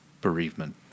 bereavement